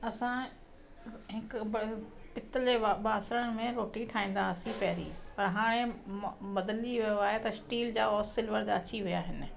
असां हिकु पितल जे बासणनि में रोटी ठाहींदा हुआसीं पहिरीं पर हाणे म बदिली वियो आहे स्टील जा और सिल्वर जा अची विया आहिनि